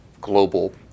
global